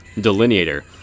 Delineator